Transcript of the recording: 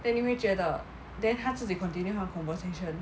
then 你会觉得 then 他自己 continue 她 conversation